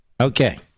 Okay